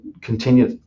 continue